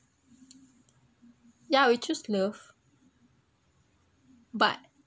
ya I will choose love but